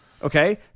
Okay